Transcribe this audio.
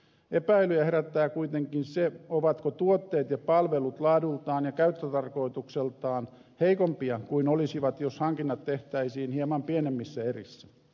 epäilyjä herättää kuitenkin se ovatko tuotteet ja palvelut laadultaan ja käyttötarkoitukseltaan heikompia kuin olisivat jos hankinnat tehtäisiin hieman pienemmissä erissä